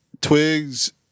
Twigs